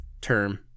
term